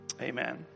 Amen